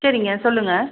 சரிங்க சொல்லுங்க